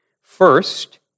First